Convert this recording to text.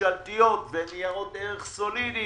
ממשלתיות וניירות ערך סולידיים.